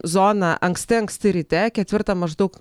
zoną anksti anksti ryte ketvirtą maždaug